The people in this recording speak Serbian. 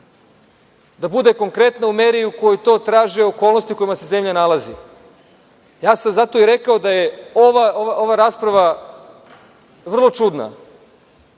da bude konkretna u meri u kojoj to traže okolnosti u kojima se zemlja nalazi. Ja sam zato i rekao da je ova rasprava vrlo čudna.